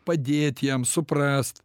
padėt jam suprast